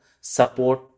support